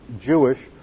jewish